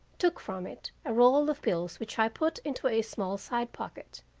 took from it a roll of bills which i put into a small side pocket,